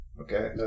okay